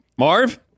Marv